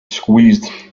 squeezed